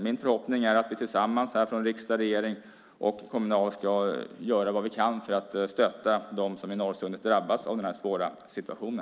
Min förhoppning är att vi tillsammans från riksdag, regering och kommun ska göra vad vi kan för att stötta dem i Norrsundet som drabbas av denna svåra situation.